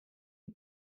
die